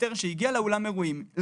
שהגיעה לאולם אירועים,